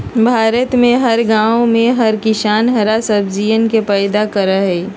भारत में हर गांव में हर किसान हरा सब्जियन के पैदा करा हई